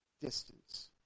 distance